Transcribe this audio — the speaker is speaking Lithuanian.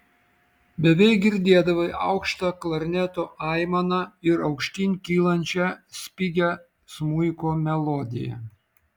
beveik girdėdavai aukštą klarneto aimaną ir aukštyn kylančią spigią smuiko melodiją